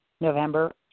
November